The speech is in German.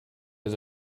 bis